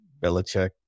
Belichick